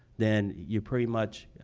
then you pretty much,